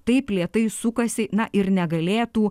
taip lėtai sukasi na ir negalėtų